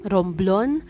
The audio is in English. Romblon